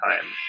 time